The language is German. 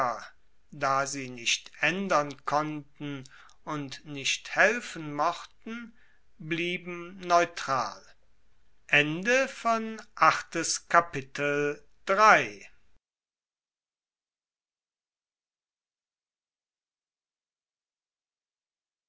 da sie nicht aendern konnten und nicht helfen mochten blieben neutral